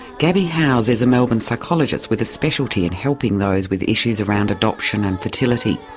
gabby howse is a melbourne psychologist with a speciality in helping those with issues around adoption and fertility.